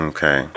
Okay